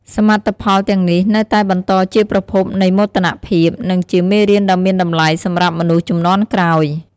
សមិទ្ធផលទាំងនេះនៅតែបន្តជាប្រភពនៃមោទនភាព និងជាមេរៀនដ៏មានតម្លៃសម្រាប់មនុស្សជំនាន់ក្រោយ។